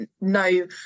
no